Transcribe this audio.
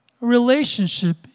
relationship